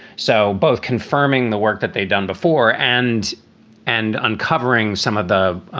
so both confirming the work that they've done before and and uncovering some of the